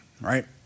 right